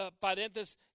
parentes